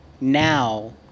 now